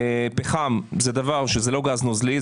פחם זה לא גז נוזלי.